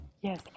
Yes